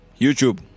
YouTube